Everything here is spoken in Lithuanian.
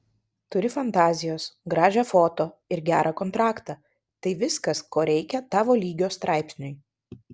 turi fantazijos gražią foto ir gerą kontraktą tai viskas ko reikia tavo lygio straipsniui